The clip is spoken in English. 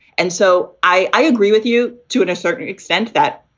and so i agree with you. to and a certain extent that,